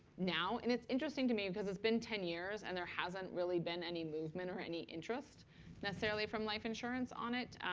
now. and it's interesting to me because it's been ten years, and there hasn't really been any movement or any interest necessarily from life insurance on it.